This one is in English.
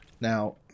Now